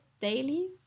daily